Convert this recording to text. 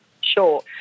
Sure